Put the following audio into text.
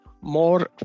more